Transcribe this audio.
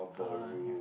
how ah